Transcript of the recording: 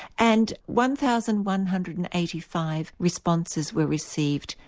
and one thousand one hundred and eighty five responses were received.